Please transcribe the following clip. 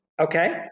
Okay